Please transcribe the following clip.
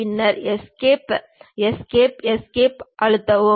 பின்னர் escape escape escape அழுத்தவும்